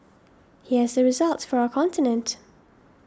here's the results for our continent